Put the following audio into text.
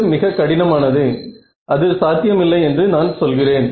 அது மிக கடினம் ஆனது அது சாத்தியம் இல்லை என்று நான் சொல்கிறேன்